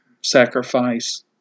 sacrifice